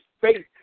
faith